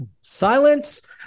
Silence